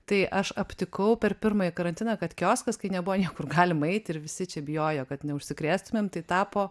tai aš aptikau per pirmąjį karantiną kad kioskas kai nebuvo niekur galima eiti ir visi čia bijojo kad neužsikrėstumėm tai tapo